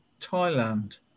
Thailand